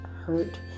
hurt